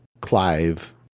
Clive